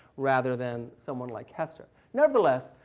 rather than someone like hester. nevertheless,